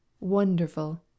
wonderful